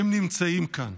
הם נמצאים כאן.